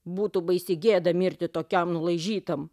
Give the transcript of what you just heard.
būtų baisi gėda mirti tokiam nulaižytam